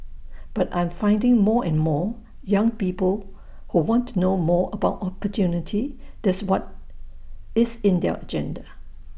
but I'm finding more and more young people who want to know more about opportunity that's what's in their agenda